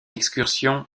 excursion